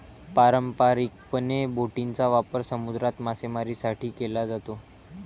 पारंपारिकपणे, बोटींचा वापर समुद्रात मासेमारीसाठी केला जातो